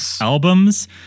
albums